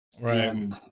Right